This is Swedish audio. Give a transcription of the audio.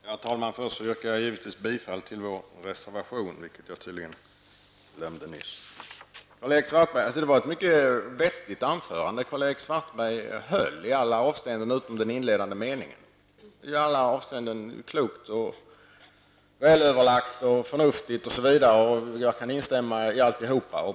Herr talman! Först yrkar jag bifall till vår reservation, vilket jag tydligen glömde nyss. Det var ett mycket vettigt anförande Karl-Erik Svartberg höll. I alla avseenden -- utom den inledande meningen -- var det klokt, välöverlagt och förnuftigt, och jag kan instämma i allt.